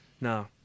No